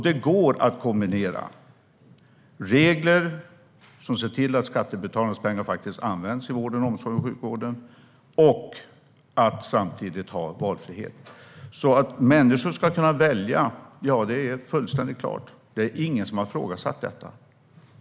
Det går att ha regler som ser till att skattebetalarnas pengar faktiskt används i sjukvården och omsorgen samtidigt som man har valfrihet. Att människor ska kunna välja är fullständigt klart. Det är ingen som har ifrågasatt detta.